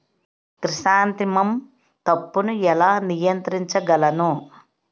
Chrysanthemum తప్పును ఎలా నియంత్రించగలను?